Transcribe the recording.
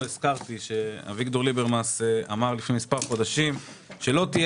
אביגדור ליברמס אמר לפני מספר חודשים שלא תהיה